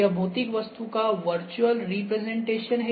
यह भौतिक वस्तु का वर्चुअल रिप्रजेंटेशन है